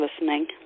listening